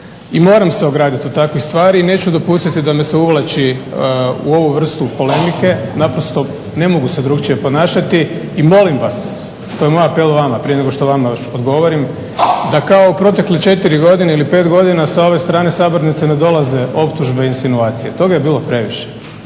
I moram se obraniti od takvih stvari i neću dopustiti da me se uvlači u ovu vrstu polemike. Naprosto ne mogu se drukčije ponašati i molim vas, to je moj apel vama prije nego što vama još odgovorim, da kao u proteklih 4 godine ili 5 godina sa ove strane sabornice ne dolaze optužbe i insinuacije. Toga je bilo previše.